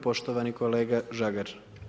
Poštovani kolega Žagar.